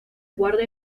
guarda